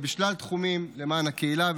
בשלל תחומים למען הקהילה,